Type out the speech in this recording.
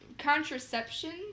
contraception